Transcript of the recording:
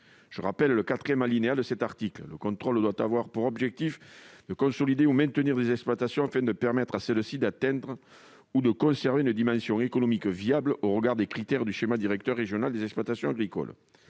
termes du quatrième alinéa de cet article, le contrôle doit avoir pour objectif de « consolider ou maintenir des exploitations afin de permettre à celles-ci d'atteindre ou de conserver une dimension économique viable au regard des critères du schéma directeur régional des exploitations agricoles